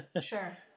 sure